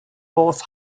both